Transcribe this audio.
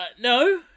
No